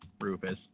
Rufus